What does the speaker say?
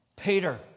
Peter